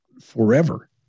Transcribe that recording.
forever